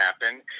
happen